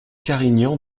carignan